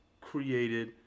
created